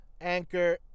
Anchor